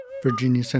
Virginia